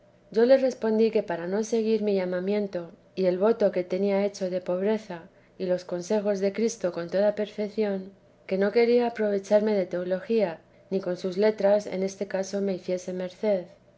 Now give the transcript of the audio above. yo le respondí que para no seguir mi llamamiento y el voto que tenía hecho de poteresa t t ji srs breza y los consejos de cristo con toda perfeción que no quería aprovecharme de teología ni con sus letras en este caso me hiciese merced